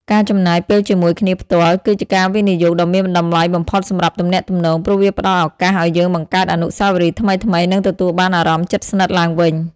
ដោយសារ ការជួបផ្ទាល់អាចជួយរំលឹកឡើងវិញនូវភាពស្និទ្ធស្នាល ពង្រឹងចំណងមិត្តភាព ឬស្នេហា និងកាត់បន្ថយភាពនឹករលឹក។